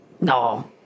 No